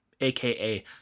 aka